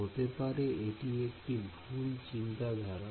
হতে পারে এটি একটি ভুল চিন্তা ধারা